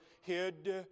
hid